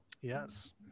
Yes